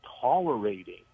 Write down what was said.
tolerating